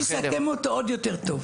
אני אסכם אותו עוד יותר טוב.